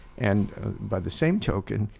and by the same token,